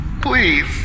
Please